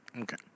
Okay